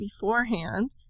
beforehand